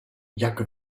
jak